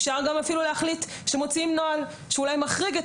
אפשר להחליט שמוציאים נוהל שמחריג את